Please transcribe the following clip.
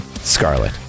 Scarlet